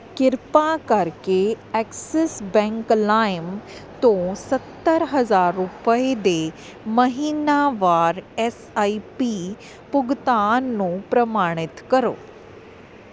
ਕਿਰਪਾ ਕਰਕੇ Axis bank ਲਾਇਮ ਤੋਂ ਸੱਤਰ ਹਜਾਰ ਰੁਪਏ ਦੇ ਮਹੀਨਾਵਾਰ ਐੱਸ ਆਈ ਪੀ ਭੁਗਤਾਨ ਨੂੰ ਪ੍ਰਮਾਣਿਤ ਕਰੋ